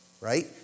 right